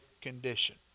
condition